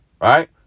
right